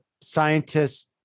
scientists